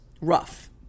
rough